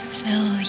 fill